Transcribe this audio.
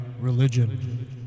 Religion